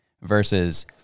versus